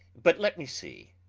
but let me see